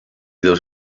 dos